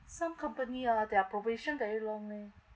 some company ah their probation very long leh